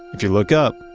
if you look up,